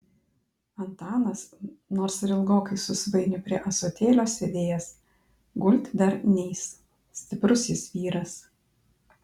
antanas nors ir ilgokai su svainiu prie ąsotėlio sėdėjęs gulti dar neis stiprus jis vyras